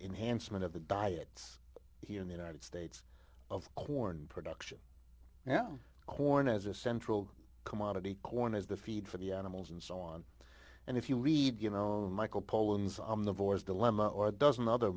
enhanced amount of the diets here in the united states of corn production now corn as a central commodity corn is the feed for the animals and so on and if you read you know michael pollan's on the voice dilemma or a dozen other